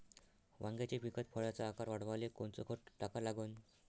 वांग्याच्या पिकात फळाचा आकार वाढवाले कोनचं खत टाका लागन?